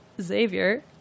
xavier